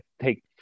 take